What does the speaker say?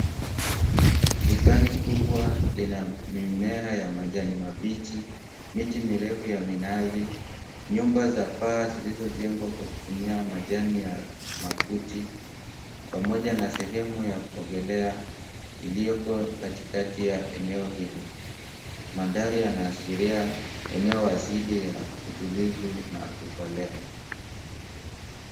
Bustani kubwa, lina mimea ya majani mabichi, miti mirefu ya minazi, nyumba za paa zilizojengwa kwa kutumia majani ya makuti, pamoja na sehemu ya kuogelea iliyoko katikati ya eneo hilo. Mandhari yanaashiria eneo asili ya utulivu na kupolea.